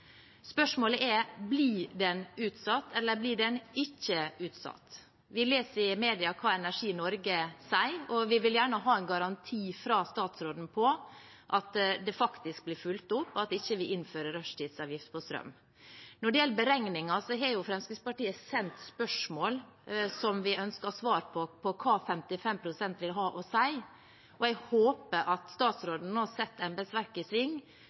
Spørsmålet er: Blir den utsatt, eller blir den ikke utsatt? Vi leser i media hva Energi Norge sier, og vi vil gjerne ha en garanti fra statsråden om at det faktisk blir fulgt opp, og at vi ikke innfører rushtidsavgift på strøm. Når det gjelder beregninger, har Fremskrittspartiet sendt spørsmål, som vi ønsker svar på, om hva 55 pst. vil ha å si. Jeg håper at statsråden nå setter embetsverket i sving,